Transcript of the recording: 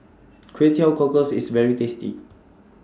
Kway Teow Cockles IS very tasty